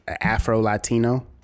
Afro-Latino